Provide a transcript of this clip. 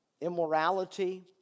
Immorality